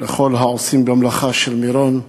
לכל העושים במלאכה של מירון,